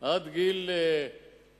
עד גיל הבגרות,